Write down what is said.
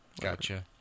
Gotcha